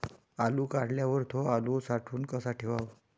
आलू काढल्यावर थो आलू साठवून कसा ठेवाव?